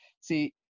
See